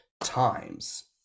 times